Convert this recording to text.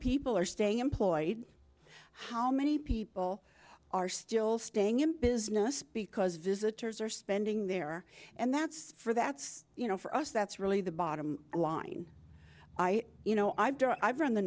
people are staying employed how many people are still staying in business because visitors are spending there and that's for that's you know for us that's really the bottom line i you know i've i've run the